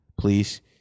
please